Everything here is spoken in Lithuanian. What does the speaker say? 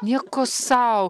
nieko sau